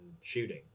shooting